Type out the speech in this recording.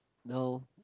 no